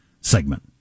segment